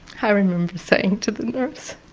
i remember saying to the nurse,